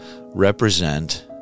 represent